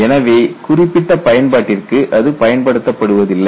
எனவே குறிப்பிட்ட பயன்பாட்டிற்கு அது பயன்படுத்தப்படுவதில்லை